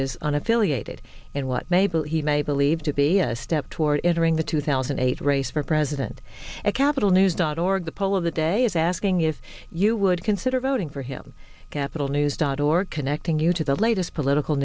is on affiliated and what may believe he may believe to be a step toward entering the two thousand and eight race for president at capital news dot org the poll of the day is asking if you would consider voting for him capitol news dot org connecting you to the latest political